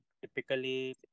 typically